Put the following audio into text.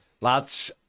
lads